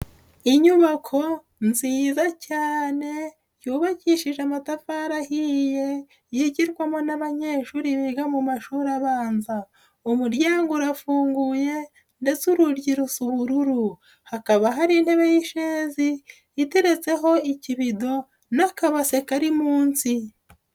Inyubako nziza cyane yubakishije amatafari ahiye yigirwamo n'abanyeshuri biga mu mashuri abanza, umuryango urafunguye ndetse urugi rusa ubururu, hakaba hari intebe y'ishezi iteretseho ikibido n'akabase kari munsi.